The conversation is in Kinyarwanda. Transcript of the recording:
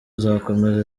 uzakomeza